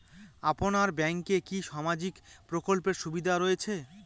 আপনার ব্যাংকে কি সামাজিক প্রকল্পের সুবিধা রয়েছে?